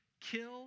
kill